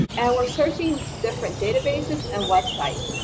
our searching different databases and websites.